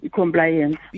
compliance